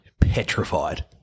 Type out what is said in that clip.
petrified